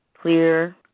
clear